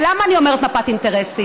ולמה אני אומרת מפת אינטרסים?